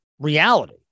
Reality